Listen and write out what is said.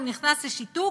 הוא נכנס לשיתוק,